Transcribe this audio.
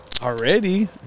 Already